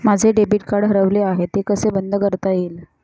माझे debit card हरवले आहे ते कसे बंद करता येईल?